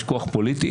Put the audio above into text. יש כוח פוליטי.